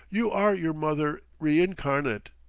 you are your mother reincarnate,